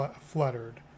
fluttered